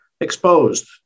exposed